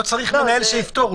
לא צריך מנהל שיפטור,